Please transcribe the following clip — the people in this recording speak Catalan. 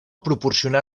proporcionà